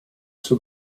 zur